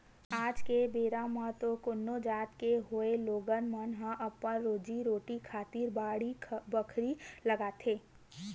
आज के बेरा म तो कोनो जात के होवय लोगन मन ह अपन रोजी रोटी खातिर बाड़ी बखरी लगाथे